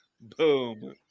Boom